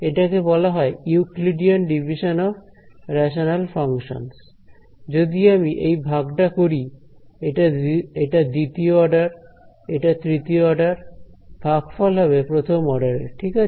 এটাকে বলা হয় Euclidean division of rational functions যদি আমি এই ভাগটা করি এটা দ্বিতীয় অর্ডার এটা তৃতীয় অর্ডার ভাগফল হবে প্রথম অর্ডার এর ঠিক আছে